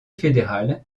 fédéral